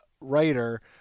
writer